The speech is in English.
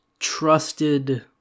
trusted